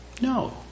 No